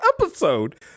episode